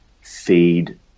feed